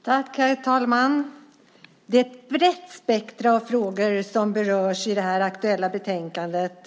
Herr talman! Det är ett brett spektrum av frågor som berörs i det här aktuella betänkandet.